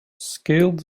scaled